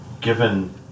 given